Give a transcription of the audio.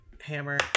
hammer